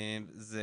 זה